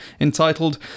entitled